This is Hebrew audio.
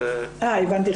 הבנתי.